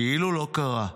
כאילו לא קרה,